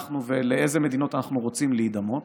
אנחנו ולאילו מדינות אנחנו רוצים להידמות.